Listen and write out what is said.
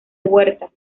huerta